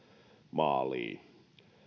maaliin